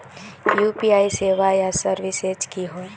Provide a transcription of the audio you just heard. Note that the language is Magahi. यु.पी.आई सेवाएँ या सर्विसेज की होय?